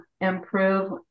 improve